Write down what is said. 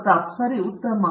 ಪ್ರತಾಪ್ ಹರಿಡೋಸ್ ಸರಿ ಉತ್ತಮ